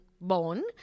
born